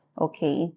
okay